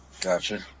Gotcha